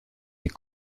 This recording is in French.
des